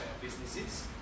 businesses